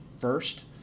first